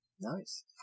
Nice